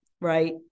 right